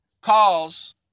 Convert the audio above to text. calls